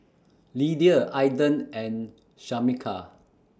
Lydia Aiden and Shameka